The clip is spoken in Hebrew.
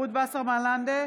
רות וסרמן לנדה,